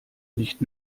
nicht